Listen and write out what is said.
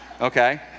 okay